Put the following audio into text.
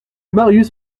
marius